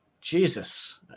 Jesus